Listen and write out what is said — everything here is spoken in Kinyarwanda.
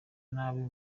nabi